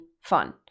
fun